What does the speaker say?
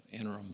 interim